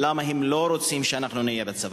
למה הם לא רוצים שאנחנו נהיה בצבא.